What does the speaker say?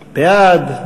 בעד,